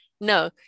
No